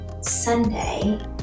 sunday